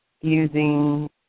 using